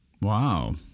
Wow